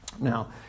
Now